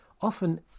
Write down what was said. often